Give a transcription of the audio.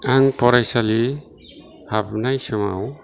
आं फरायसालि हाबनाय समाव